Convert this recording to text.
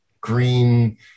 green